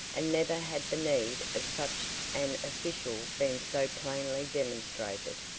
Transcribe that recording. and never had the need of such an official been so plainly demonstrated.